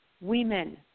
women